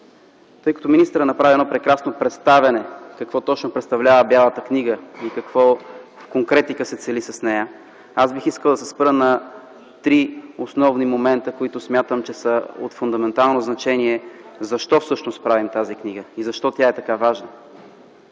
Тъй като министърът направи прекрасно представяне какво точно представлява Бялата книга и какво в конкретика се цели с нея, бих искал да се спра на три основни момента, които смятам, че са от фундаментално значение защо всъщност правим тази книга и защо тя е така важна.